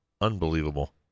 Unbelievable